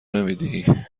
نمیدی